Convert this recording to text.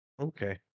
Okay